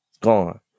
gone